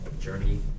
journey